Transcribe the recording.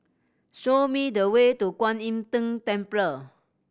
show me the way to Kwan Im Tng Temple